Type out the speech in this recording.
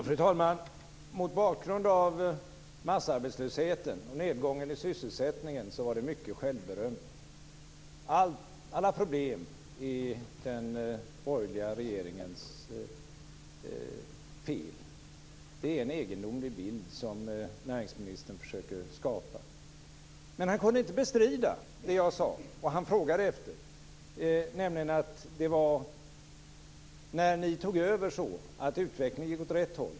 Fru talman! Mot bakgrund av massarbetslösheten och nedgången i sysselsättningen var det mycket självberöm. Alla problem är den borgerliga regeringens fel. Det är en egendomlig bild som näringsministern försöker skapa. Men han kunde inte bestrida det jag sade och det som han frågade efter, nämligen att det när ni tog över var så att utvecklingen gick åt rätt håll.